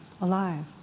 alive